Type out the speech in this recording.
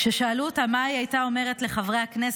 כששאלו אותה מה היא הייתה אומרת לחברי הכנסת,